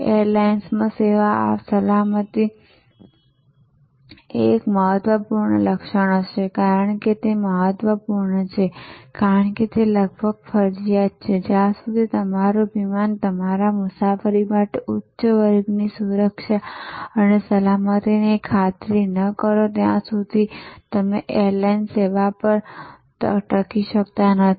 airlines સેવામાં સલામતી એ એક મહત્વપૂર્ણ લક્ષણ હશે કારણ કે તે મહત્વપૂર્ણ છે કારણ કે તે લગભગ ફરજિયાત છે જ્યાં સુધી તમારું વિમાન તમારા મુસાફરો માટે ઉચ્ચ વર્ગની સુરક્ષા અને સલામતીની ખાતરી ન કરો ત્યાં સુધી તમે એરલાઇન સેવા તરીકે ટકી શકતા નથી